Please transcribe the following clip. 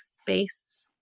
space